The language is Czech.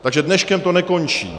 Takže dneškem to nekončí.